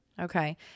Okay